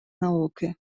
науки